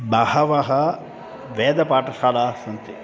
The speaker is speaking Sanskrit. बह्व्यः वेदपाठशालाः सन्ति